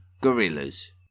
gorillas